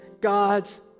god's